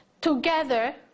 Together